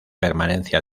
permanencia